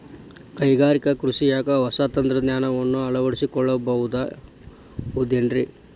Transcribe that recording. ಕೈಗಾರಿಕಾ ಕೃಷಿಯಾಗ ಹೊಸ ತಂತ್ರಜ್ಞಾನವನ್ನ ಅಳವಡಿಸಿಕೊಳ್ಳಬಹುದೇನ್ರೇ?